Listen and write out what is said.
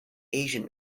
asian